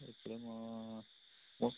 okay நான் ஒ